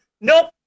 Nope